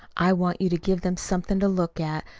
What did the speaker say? i want you to give them something to look at,